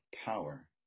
power